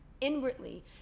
Inwardly